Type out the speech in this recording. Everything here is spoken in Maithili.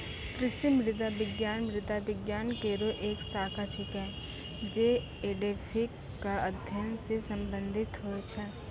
कृषि मृदा विज्ञान मृदा विज्ञान केरो एक शाखा छिकै, जे एडेफिक क अध्ययन सें संबंधित होय छै